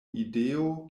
ideo